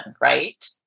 right